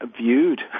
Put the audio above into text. viewed